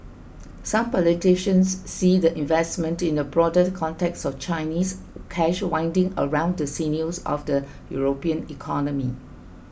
some politicians see the investment in a broader context of Chinese cash winding around the sinews of the European economy